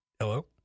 Hello